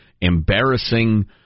embarrassing